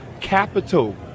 capital